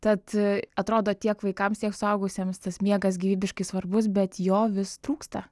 tad atrodo tiek vaikams tiek suaugusiems tas miegas gyvybiškai svarbus bet jo vis trūksta